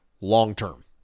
long-term